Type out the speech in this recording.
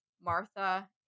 Martha